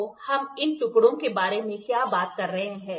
तो हम इन टुकड़ों के बारे में क्या बात कर रहे हैं